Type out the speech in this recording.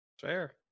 Fair